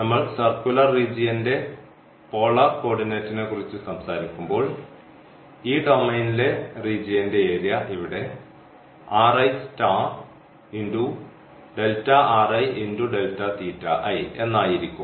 നമ്മൾ സർക്കുലർ റീജിയൻറെ പോളാർ കോർഡിനേറ്റിനെക്കുറിച്ച് സംസാരിക്കുമ്പോൾ ഈ ഡൊമെയ്നിലെ റീജിയൻറെ ഏരിയ ഇവിടെ എന്നായിരിക്കും